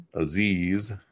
Aziz